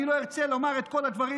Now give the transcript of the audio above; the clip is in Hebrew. אני לא ארצה לומר את כל הדברים,